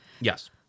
Yes